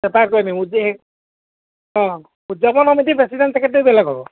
separate কৰি দিম সেই অঁ উদযাপৰ সমিতি প্ৰেচিডেণ্ট চেক্ৰেটেৰী বেলেগ হ'ব